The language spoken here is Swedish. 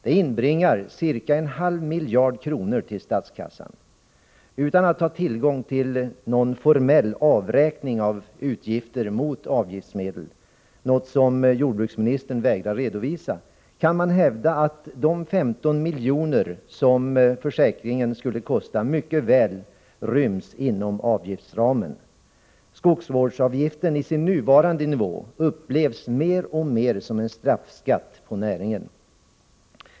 Det inbringar cirka en halv miljard kronor till statskassan. Utan att ha tillgång till någon formell avräkning av utgifter mot avgiftsmedel— något som jordbruksministern vägrar att redovisa — kan man hävda att de 15 miljoner som försäkringen skulle kosta mycket väl ryms inom avgiftsramen. Skogsvårdsavgiften i sin nuvarande nivå upplevs mer och mer som en straffskatt på näringen.